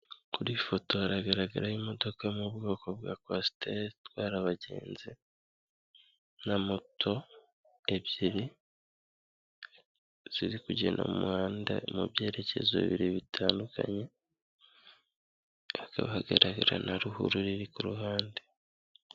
Kuri iyi foto haragaragaraho imodoka yo mu bwoko bwa kwasiteri itwara abagenzi na moto ebyiri ziri kugenda mu muhanda mu byerekezo bibiri bitandukanye, hakaba hagara na ruhurura iri ku ruhande.